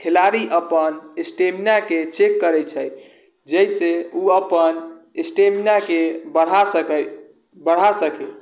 खेलाड़ी अपन स्टेमिनाके चेक करै छै जाहिसँ उ अपन स्टेमिनाके बढ़ा सकै बढ़ा सकै